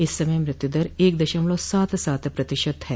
इस समय मृत्युदर एक दशमलव सात सात प्रतिशत है